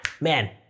man